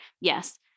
Yes